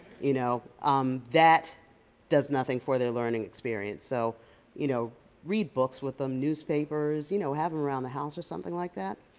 you know um that does nothing for their learning experience so you know read books with them, newspapers, you know have them around the house or something like that.